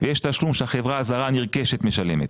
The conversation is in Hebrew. ויש תשלום שהחברה הזרה הנרכשת משלמת.